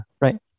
right